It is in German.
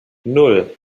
nan